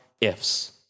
ifs